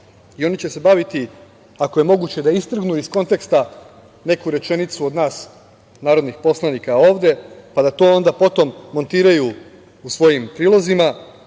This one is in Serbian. i oni će se baviti, ako je moguće, da istrgnu iz konteksta neku rečenicu od nas, narodnih poslanika ovde, pa da to onda montiraju u svojim prilozima,